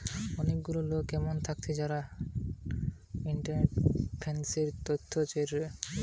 অনেক গুলা লোক এমন থাকতিছে যারা ইন্টারনেটে ফিন্যান্স তথ্য বেচতিছে